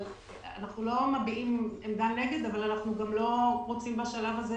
אנחנו לא מביעים עמדה נגד אבל אנחנו גם לא רוצים בשלב הזה